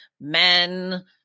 men